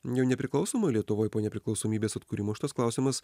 jau nepriklausomoj lietuvoj po nepriklausomybės atkūrimo šitas klausimas